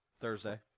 Thursday